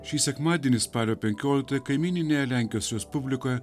šį sekmadienį spalio penkioliktąją kaimyninėje lenkijos respublikoje